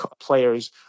players